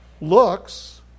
looks